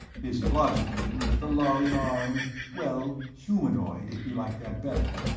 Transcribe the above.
physiologically, the lhari are well, humanoid, if you like that better.